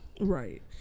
Right